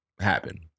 happen